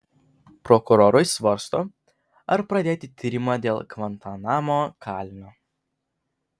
prokurorai svarsto ar pradėti tyrimą dėl gvantanamo kalinio